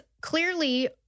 clearly